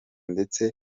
ndetse